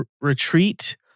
retreat